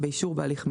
באישור בהליך מהיר,